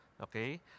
okay